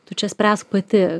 tu čia spręsk pati